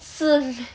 是 meh